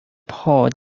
paul